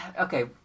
okay